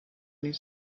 need